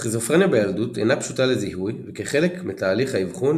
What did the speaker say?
סכיזופרניה בילדות אינה פשוטה לזיהוי וכחלק מתהליך האבחון